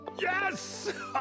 yes